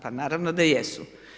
Pa naravno da jesu.